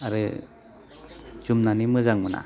आरो जोमनानै मोजां मोना